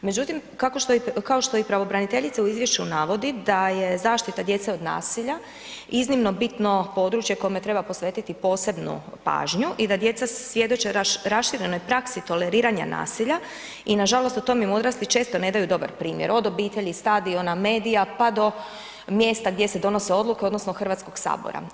Međutim, kao što je i pravobraniteljica u izvješću navodi da je zaštita djece od nasilja iznimno bitno područje kome treba posvetiti posebnu pažnju i da djeca svjedoče raširenoj praksi toleriranja nasilja i nažalost, o tome im odrasli često ne daju dobar primjer, od obitelji, stadiona, medija, pa do mjesta gdje se donose odluke odnosno HS-a.